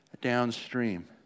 downstream